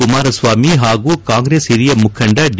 ಕುಮಾರಸ್ವಾಮಿ ಹಾಗೂ ಕಾಂಗ್ರೆಸ್ ಹಿರಿಯ ಮುಖಂಡ ಡಿ